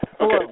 Okay